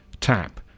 Tap